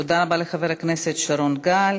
תודה רבה לחבר הכנסת שרון גל.